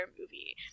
movie